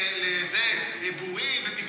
מה זה הדיבור הזה?